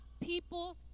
people